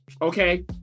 Okay